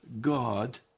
God